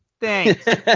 Thanks